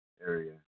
area